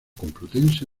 complutense